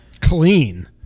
Clean